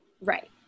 Right